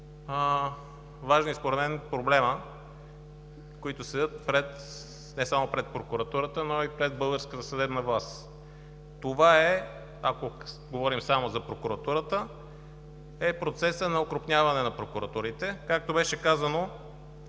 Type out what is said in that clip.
важни според мен проблема, които стоят не само пред прокуратурата, но и пред българската съдебна власт. Това, ако говорим само за прокуратурата, е процесът на окрупняване на прокуратурите. Както беше казано,